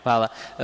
Hvala.